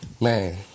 Man